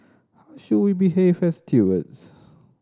how should behave stewards